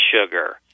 sugar